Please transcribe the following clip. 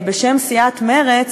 בשם סיעת מרצ,